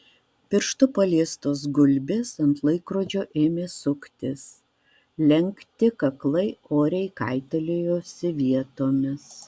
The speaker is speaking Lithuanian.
pirštu paliestos gulbės ant laikrodžio ėmė suktis lenkti kaklai oriai kaitaliojosi vietomis